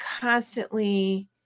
constantly